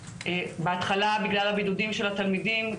בהתחלה בגלל הבידודים של התלמידים,